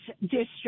District